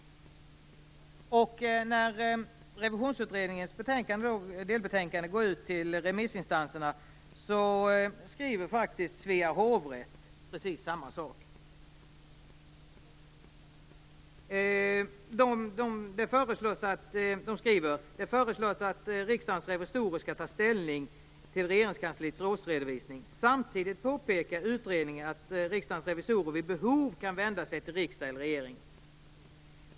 När Revisionsutredningens delbetänkande gick ut till remissinstanserna skrev faktiskt Svea hovrätt precis samma sak. Man skriver: "Utredningen föreslår att riksdagens revisorer skall ta ställning till regeringskansliets årsredovisning. Samtidigt påpekar utredningen att riksdagens revisorer vid behov kan vända sig till riksdagen eller regeringen -.